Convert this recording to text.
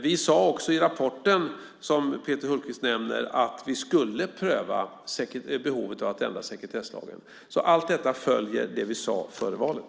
Vi sade också i rapporten som Peter Hultqvist nämner att vi skulle pröva behovet av att ändra sekretesslagen. Allt detta följer det vi sade före valet.